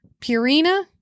Purina